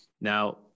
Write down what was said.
Now